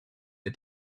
the